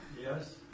Yes